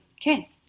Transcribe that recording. Okay